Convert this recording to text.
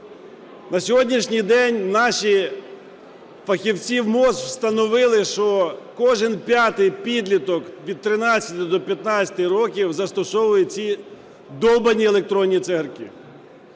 На сьогоднішній день наші фахівці в МОЗ встановили, що кожен п'ятий підліток від 13 до 15 років застосовує ці довбані електронні цигарки,